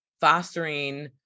fostering